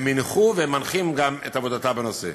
אלה הנחו, ומנחות גם, את עבודתה בנושא.